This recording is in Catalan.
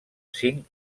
cinc